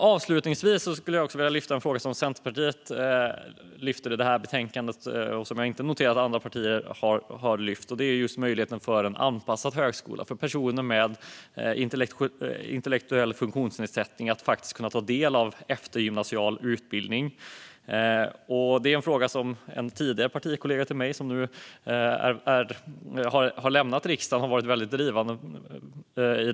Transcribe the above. Jag skulle också vilja ta upp en fråga som Centerpartiet lyft fram i betänkandet men som jag inte noterat att andra partier nämnt, nämligen möjligheten till anpassad högskoleutbildning för personer med intellektuell funktionsnedsättning. Att dessa ska kunna ta del av eftergymnasial utbildning är en fråga som en partikollega till mig, Per Lodenius, som nu har lämnat riksdagen, har varit väldigt drivande i.